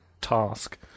task